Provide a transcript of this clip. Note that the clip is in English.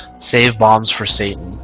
save bombs for satan?